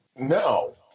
No